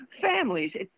families